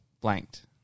blanked